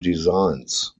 designs